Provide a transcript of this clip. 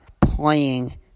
playing